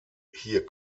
hier